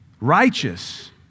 Righteous